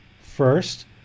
First